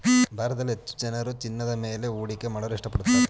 ಭಾರತದಲ್ಲಿ ಹೆಚ್ಚು ಜನರು ಚಿನ್ನದ ಮೇಲೆ ಹೂಡಿಕೆ ಮಾಡಲು ಇಷ್ಟಪಡುತ್ತಾರೆ